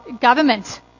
government